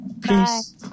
peace